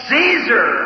Caesar